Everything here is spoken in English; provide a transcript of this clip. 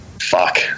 fuck